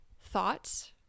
thoughts